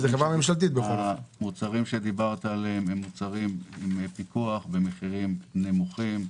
המוצרים שדיברת עליהם הם בפיקוח במחירים נמוכים.